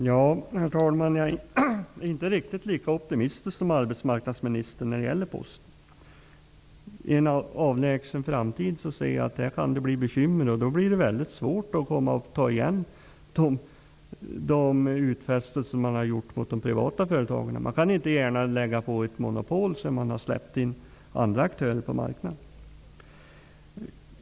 Herr talman! Jag är inte riktigt lika optimistisk som arbetsmarknadsministern när det gäller Posten. I en avlägsen framtid ser jag att det kan bli bekymmer, och då blir det väldigt svårt att ta tillbaka de utfästelser som har gjorts mot de privata företagarna. Man kan inte gärna lägga på ett monopol sedan man har släppt in andra aktörer på marknaden.